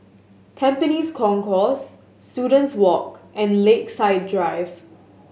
Tampines Concourse Students Walk and Lakeside Drive